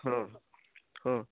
ହଁ ହଁ ହଁ